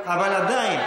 אבל עדיין,